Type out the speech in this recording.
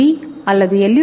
we அல்லது L